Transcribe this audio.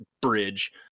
bridge